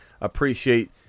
appreciate